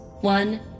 One